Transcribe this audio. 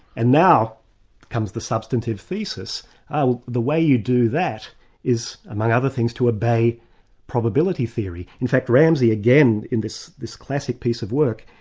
and now comes the substantive thesis the way you do that is among other things, to obey probability theory. in fact ramsay again in this this classic piece of work,